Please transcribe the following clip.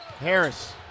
Harris